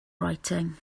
writing